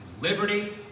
liberty